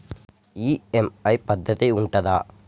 EMI పద్ధతి ఉంటదా?